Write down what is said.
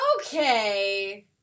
Okay